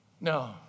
No